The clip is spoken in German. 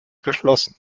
geschlossen